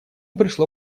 пришло